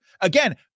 Again